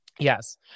Yes